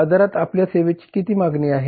बाजारात आपल्या सेवेची किती मागणी आहे